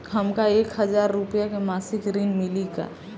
हमका एक हज़ार रूपया के मासिक ऋण मिली का?